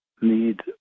need